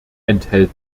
enthält